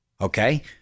Okay